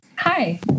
Hi